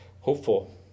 hopeful